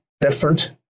different